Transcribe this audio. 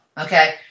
okay